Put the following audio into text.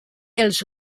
els